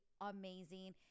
amazing